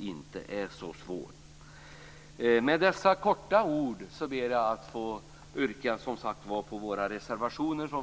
inte är så allvarlig. Med dessa ord ber jag att få yrka bifall till Folkpartiets reservationer.